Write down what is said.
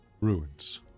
ruins